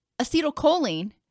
acetylcholine